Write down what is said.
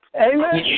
Amen